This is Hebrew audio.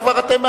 וכבר אתם,